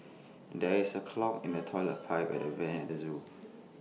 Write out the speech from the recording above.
there is A clog in the Toilet Pipe and the air Vents at the Zoo